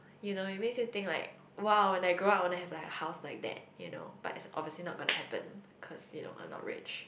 you know it makes you think like !wow! when I grow up I want to have a house like that you know but it's obviously not gonna happen cause you know I am not rich